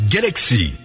Galaxy